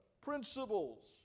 principles